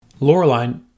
Loreline